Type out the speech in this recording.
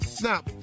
Now